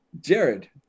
Jared